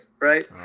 Right